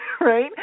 right